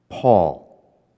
Paul